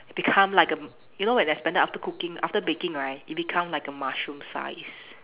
become like a you know when it expanded after cooking after baking right it become like a mushroom size